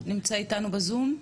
נמצא איתנו בזום?